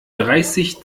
dreißig